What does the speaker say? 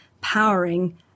powering